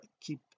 keep